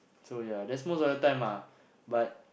so ya that's most of the time ah but